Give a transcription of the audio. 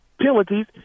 penalties